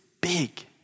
big